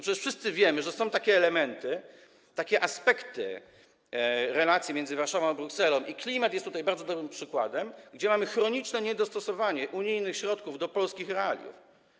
Przecież wszyscy wiemy, że są takie elementy, takie aspekty relacji między Warszawą a Brukselą, i klimat jest tutaj bardzo dobrym przykładem, gdzie mamy chroniczne niedostosowanie unijnych środków do polskich realiów.